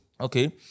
okay